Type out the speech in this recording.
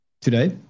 today